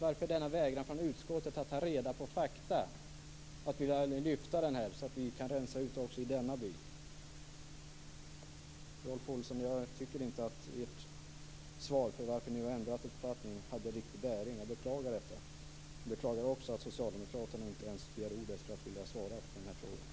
Varför denna vägran från utskottet att ta reda på fakta så att vi kan tvätta också denna byk? Rolf Olsson, jag tycker inte att ert svar på frågan varför ni har ändrat uppfattning hade någon riktig bäring, och jag beklagar det. Jag beklagar också att någon från socialdemokraterna inte ens begär ordet för att svara på mina frågor.